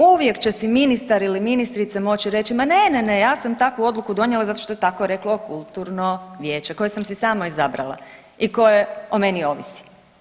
Uvijek će si ministar ili ministrica moći reći, ma ne, ne, ne ja sam takvu odluku donijela zato što je tako reklo kulturno vijeće koje sam i sama izabrala i koje o meni ovisi.